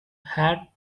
hat